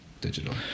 digital